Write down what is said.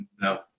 No